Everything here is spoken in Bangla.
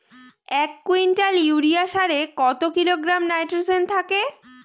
এক কুইন্টাল ইউরিয়া সারে কত কিলোগ্রাম নাইট্রোজেন থাকে?